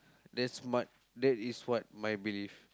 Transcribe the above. that's what~ that is what my belief